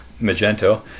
Magento